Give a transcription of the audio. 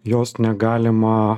jos negalima